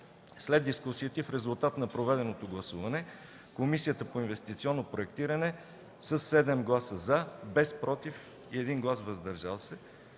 След дискусиите и в резултат на проведеното гласуване, Комисията по инвестиционно проектиране със 7 гласа „за”, без „против” и 1 глас „въздържал се”,